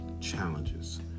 challenges